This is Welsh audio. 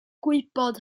gwybod